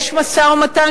יש משא-ומתן,